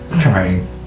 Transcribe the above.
Trying